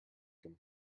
him